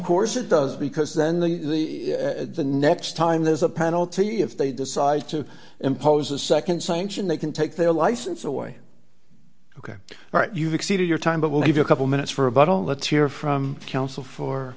course it does because then the the next time there's a penalty if they decide to impose a nd sanction they can take their license away ok all right you've exceeded your time but we'll give you a couple minutes for a vote on let's hear from counsel for